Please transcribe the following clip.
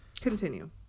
Continue